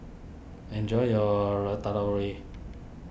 enjoy your Ratatouille